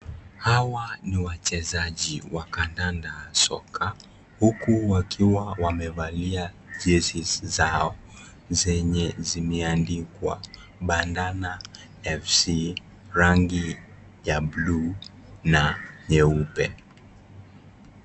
Hawa ni wachezaji wa kananda soka, huku wakiwa wamevalia jezi zao zenye zimeandikwa Bandana FC rangi ya buluu na nyeupe.